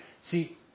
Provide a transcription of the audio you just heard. See